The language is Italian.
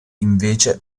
invece